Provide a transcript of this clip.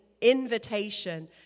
invitation